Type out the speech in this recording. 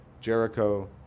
Jericho